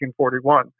1941